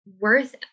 worth